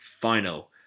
final